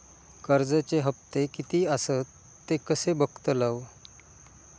कर्जच्या हप्ते किती आसत ते कसे बगतलव?